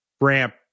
ramp